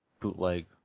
bootleg